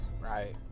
right